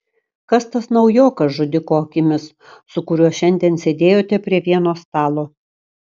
kas tas naujokas žudiko akimis su kuriuo šiandien sėdėjote prie vieno stalo